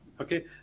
okay